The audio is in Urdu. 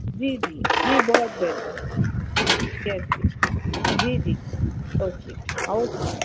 جی جی جی بہت بہتر یس یس جی جی اوکے اوکے بائے